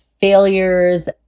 failures